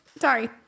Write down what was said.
sorry